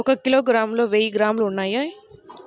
ఒక కిలోగ్రామ్ లో వెయ్యి గ్రాములు ఉన్నాయి